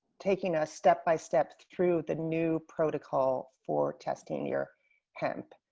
taking us step-by-step through the new protocol for testing your hemp.